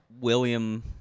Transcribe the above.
William